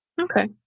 Okay